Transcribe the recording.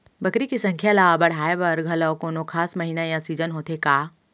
बकरी के संख्या ला बढ़ाए बर घलव कोनो खास महीना या सीजन होथे का?